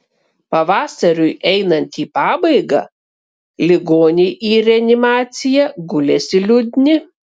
pavasariui einant į pabaigą ligoniai į reanimaciją gulėsi liūdni